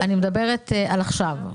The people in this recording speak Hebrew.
אני מדברת על עכשיו.